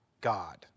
God